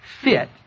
fit